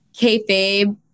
kayfabe